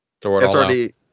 srd